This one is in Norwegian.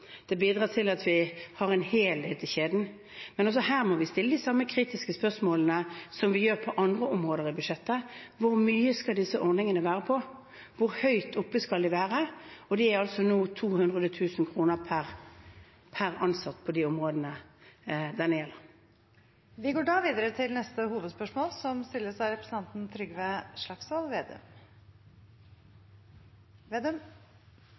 Det bidrar til at vi har en helhet i kjeden. Men også her må vi stille de samme kritiske spørsmålene som vi gjør på andre områder i budsjettet: Hvor mye skal disse ordningene være på? Hvor høyt oppe skal de være? De er altså nå på 200 000 kr per ansatt på de områdene det gjelder. Vi går videre til neste hovedspørsmål.